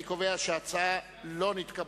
אני קובע שההצעה לא נתקבלה.